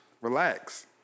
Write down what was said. Relax